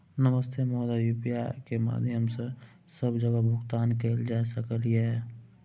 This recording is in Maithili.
नमस्ते महोदय, यु.पी.आई के माध्यम सं सब जगह भुगतान कैल जाए सकल ये?